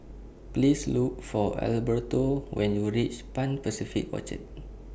Please Look For Alberto when YOU REACH Pan Pacific Orchard